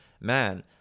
man